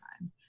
time